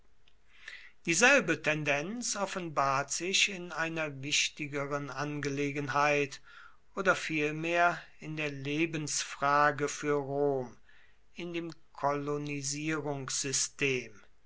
dieselbe tendenz offenbart sich in einer wichtigeren angelegenheit oder vielmehr in der lebensfrage für rom in dem